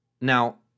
Now